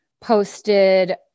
posted